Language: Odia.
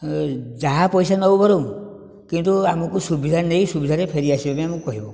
ଯାହା ପଇସା ନେଉ ବରଂ କିନ୍ତୁ ଆମକୁ ସୁବିଧାରେ ନେଇ ସୁବିଧାରେ ଫେରି ଆସିବା ପାଇଁ କହିବ